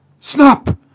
Snap